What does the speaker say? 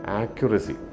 accuracy